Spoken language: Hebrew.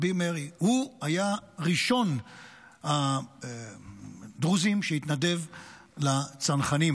הוא היה ראשון הדרוזים שהתנדב לצנחנים.